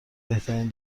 بهترین